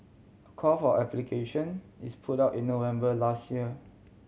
a call for application is put out in November last year